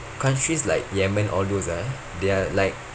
countries like yemen all those ah they are like